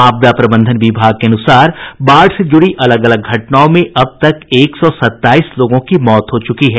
आपदा प्रबंधन विभाग के अनुसार बाढ़ से जुड़ी अलग अलग घटनाओं में अब तक एक सौ सत्ताईस लोगों की मौत हो चुकी है